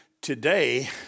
today